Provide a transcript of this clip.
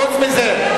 חוץ מזה,